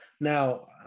Now